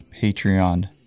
Patreon